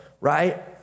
right